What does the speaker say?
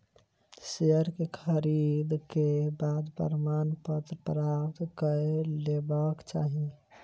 share के खरीद के बाद प्रमाणपत्र प्राप्त कय लेबाक चाही